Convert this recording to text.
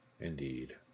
Indeed